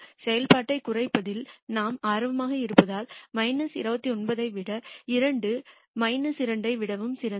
செயல்பாட்டைக் குறைப்பதில் நாம் ஆர்வமாக இருப்பதால் 29 ஐ விட 2 2 ஐ விட சிறந்தது